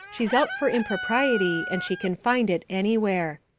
she's out for impropriety and she can find it anywhere.